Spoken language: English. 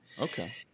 Okay